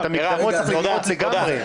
את המקדמות צריך לדחות לגמרי.